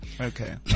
Okay